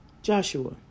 Joshua